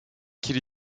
qu’il